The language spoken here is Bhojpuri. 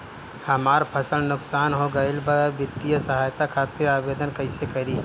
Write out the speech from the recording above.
हमार फसल नुकसान हो गईल बा वित्तिय सहायता खातिर आवेदन कइसे करी?